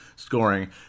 Scoring